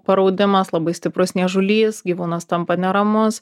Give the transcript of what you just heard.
paraudimas labai stiprus niežulys gyvūnas tampa neramus